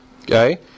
Okay